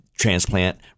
Transplant